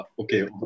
Okay